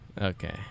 Okay